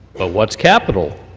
but what's capital?